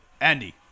Andy